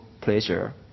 pleasure